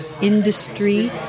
industry